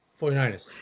49ers